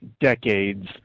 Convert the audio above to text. decades